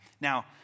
Now